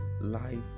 life